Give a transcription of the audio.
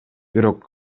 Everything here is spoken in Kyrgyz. бирок